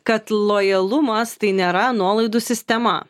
kad lojalumas tai nėra nuolaidų sistema